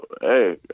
hey